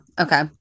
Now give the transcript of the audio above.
okay